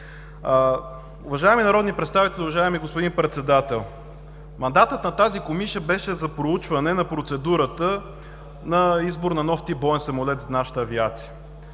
Уважаеми народни представители, уважаеми господин Председател, мандатът на тази Комисия беше за проучване на процедурата на избор на нов тип боен самолет за нашата авиация.